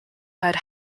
head